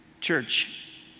Church